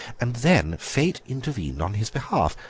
and then fate intervened on his behalf.